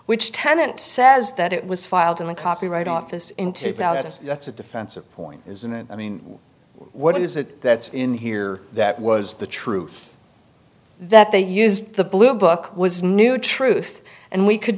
which tenet says that it was filed in the copyright office in two thousand that's a defensive point isn't it i mean what is it that's in here that was the truth that they used the blue book was new truth and we could